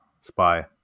spy